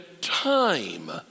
time